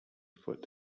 foot